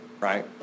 right